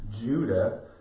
Judah